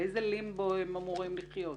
באיזה לימבו הם אמורים לחיות?